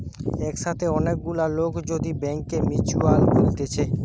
একসাথে অনেক গুলা লোক যদি ব্যাংকে মিউচুয়াল খুলতিছে